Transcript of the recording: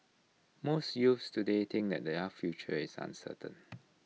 most youths today think that their future is uncertain